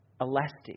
elastic